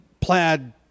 plaid